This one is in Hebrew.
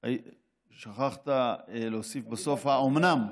שכחת אתה להוסיף בסוף: האומנם?